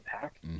pack